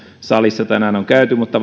salissa tänään on ollut mutta